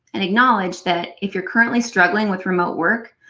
and acknowledge that if you're currently struggling with remote work,